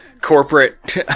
corporate